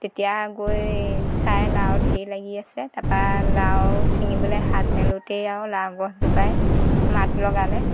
তেতিয়া গৈ চাই লাও ঢেৰ লাগি আছে তাপা লাও চিঙিবলৈ হাত মেলোতেই আৰু লাও গছজোপাই মাত লগালে